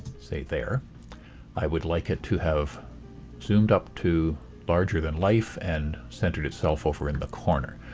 say, there i would like it to have zoomed up to larger-than-life and centered itself over in the corner.